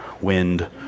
wind